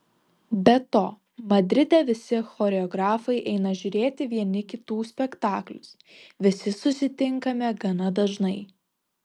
be to madride visi choreografai eina žiūrėti vieni kitų spektaklius visi susitinkame gana dažnai